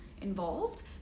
involved